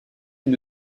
une